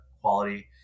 quality